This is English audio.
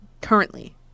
currently